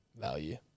value